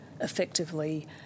effectively